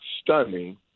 stunning